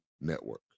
Network